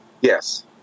Yes